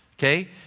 Okay